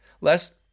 Lest